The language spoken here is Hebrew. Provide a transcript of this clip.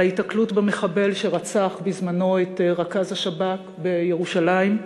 על ההיתקלות במחבל שרצח בזמנו את רכז השב"כ בירושלים.